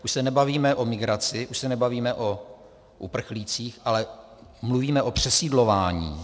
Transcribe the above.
Už se nebavíme o migraci, už se nebavíme o uprchlících, ale mluvíme o přesídlování.